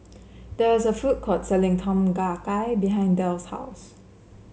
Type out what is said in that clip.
there is a food court selling Tom Kha Gai behind Del's house